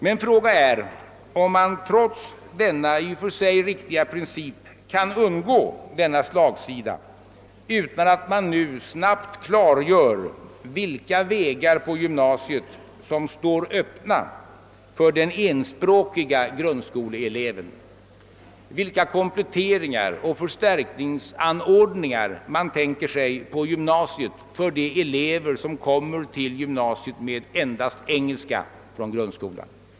| Men frågan är, om man trots denna 1 och för sig riktiga princip kan und Så denna slagsida, om man inte nu Snabbt klargör vilka vägar på gymna Stet som står öppna för den enspråkige Srundskoleeleven, vilka kompletteringar och förstärkningsanordningar man tänker sig på gymnasiet för de elever som kommer till gymnasiet med endast engelska från grundskolan.